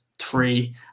three